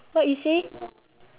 what you say